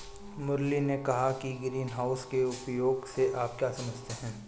मुरली ने कहा कि ग्रीनहाउस के उपयोग से आप क्या समझते हैं?